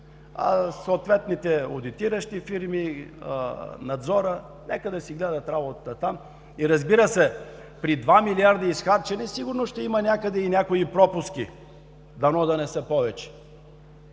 на съответните одитиращи фирми, надзора – нека да си гледат работата там. Разбира се, при 2 милиарда изхарчени, сигурно ще има някъде и някои пропуски, дано да не са повече.